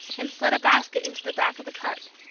and slid a basket into the back of the cart.